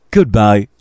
Goodbye